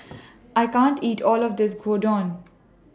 I can't eat All of This Gyudon